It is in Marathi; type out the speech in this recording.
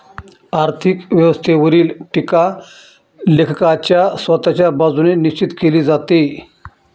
आर्थिक व्यवस्थेवरील टीका लेखकाच्या स्वतःच्या बाजूने निश्चित केली जाते